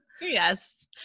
Yes